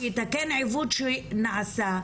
שיתקן עיוות שנעשה,